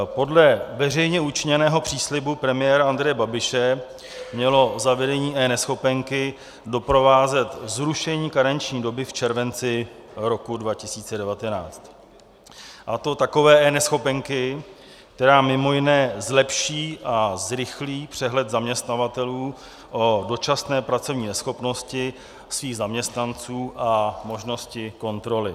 Podle veřejně učiněného příslibu premiéra Andreje Babiše mělo zavedení eNeschopenky doprovázet zrušení karenční doby v červenci roku 2019, a to takové eNeschopenky, která mimo jiné zlepší a zrychlí přehled zaměstnavatelů o dočasné pracovní neschopnosti svých zaměstnanců a možnosti kontroly.